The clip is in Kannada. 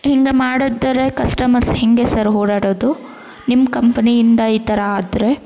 ಹಿಂಗೆ ಮಾಡಿದರೆ ಕಸ್ಟಮರ್ಸ್ ಹೇಗೆ ಸರ್ ಓಡಾಡೋದು ನಿಮ್ಮ ಕಂಪನಿಯಿಂದ ಈ ಥರ ಆದರೆ